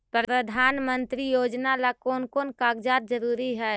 प्रधानमंत्री योजना ला कोन कोन कागजात जरूरी है?